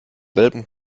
welpen